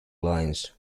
lines